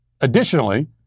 Additionally